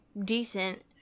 decent